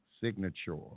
SIGNATURE